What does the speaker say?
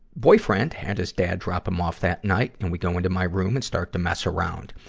boyfriend had his dad drop him off that night, and we go into my room and start to mess around.